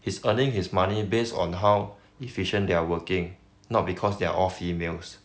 he's earning his money based on how efficient they're working not because they're all females